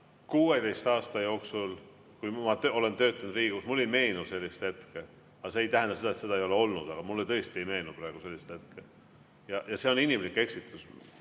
16 aasta jooksul, kui ma olen töötanud Riigikogus, ei meenu sellist hetke. See ei tähenda, et seda ei ole olnud, aga mulle tõesti ei meenu praegu sellist hetke. See on inimlik eksitus.